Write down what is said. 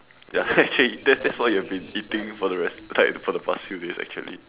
ya actually that's that's what you have been eating for the rest like for the past few days actually